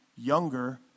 younger